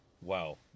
wow